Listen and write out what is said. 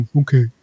okay